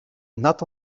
not